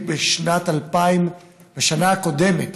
בשנה הקודמת,